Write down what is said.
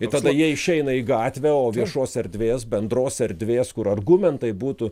ir tada jie išeina į gatvę o viešos erdvės bendros erdvės kur argumentai būtų